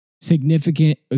significant